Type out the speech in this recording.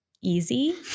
easy